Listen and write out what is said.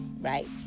right